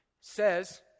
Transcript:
says